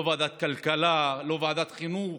לא ועדת הכלכלה, לא ועדת החינוך.